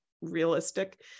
realistic